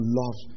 love